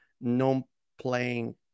non-playing